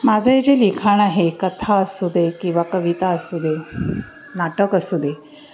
माझं हे जे लिखाण आहे कथा असू दे किंवा कविता असू दे नाटक असू दे